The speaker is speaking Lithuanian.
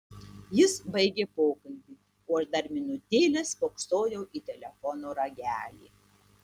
jis baigė pokalbį o aš dar minutėlę spoksojau į telefono ragelį